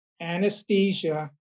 anesthesia